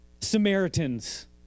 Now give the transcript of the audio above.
Samaritans